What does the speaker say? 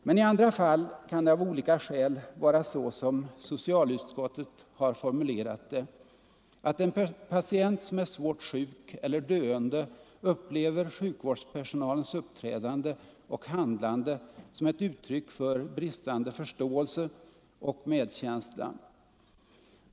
Men i andra fall kan det av olika skäl vara så som socialutskottet formulerat det: att en patient som är svårt sjuk eller döende upplever sjukvårdspersonalens uppträdande och handlande som ett uttryck för bristande förståelse och medkänsla.